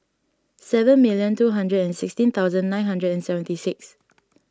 seven million two hundred and sixteen thousand nine hundred and seventy six